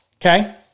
Okay